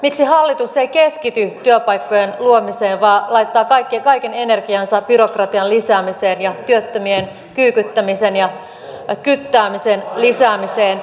miksi hallitus ei keskity työpaikkojen luomiseen vaan laittaa kaiken energiansa byrokratian lisäämiseen ja työttömien kyykyttämisen ja kyttäämisen lisäämiseen